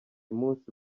munsi